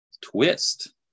Twist